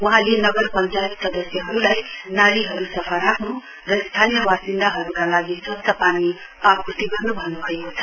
वहाँले नगर पञ्चायत सदस्यहरूलाई नालीहरू सफा राख्नु र स्थानीय बासिन्दाहरूका लागि सवच्छ पानी आपूर्ति गर्नु अन्नुभएको छ